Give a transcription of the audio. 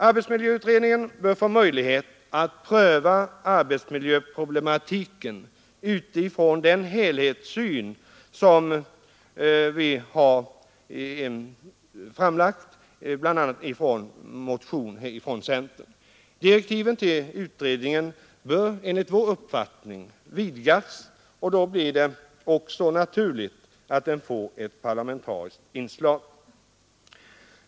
Arbetsmiljöutredningen bör få möjlighet att pröva arbetsmiljöproblematiken utifrån den helhetssyn som framgår bl.a. av motionerna från centern. Direktiven till utredningen bör enligt vår uppfattning vidgas, och då blir det också naturligt att den får ett parlamentariskt inslag.